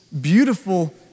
beautiful